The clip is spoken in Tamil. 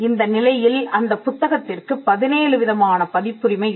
இந்த நிலையில் அந்தப் புத்தகத்திற்கு 17 விதமான பதிப்புரிமை இருக்கும்